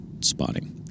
spotting